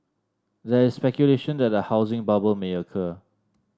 there is speculation that a housing bubble may occur